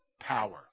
power